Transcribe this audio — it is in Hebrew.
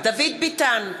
דוד ביטן,